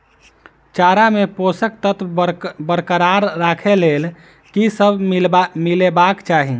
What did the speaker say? चारा मे पोसक तत्व बरकरार राखै लेल की सब मिलेबाक चाहि?